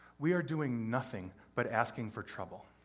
we are doing nothing but asking for trouble.